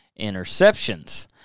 interceptions